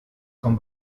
con